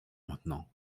maintenant